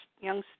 young